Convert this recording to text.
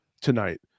tonight